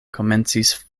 komencis